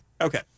okay